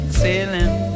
sailing